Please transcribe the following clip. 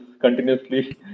continuously